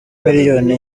miliyoni